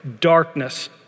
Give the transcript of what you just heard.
Darkness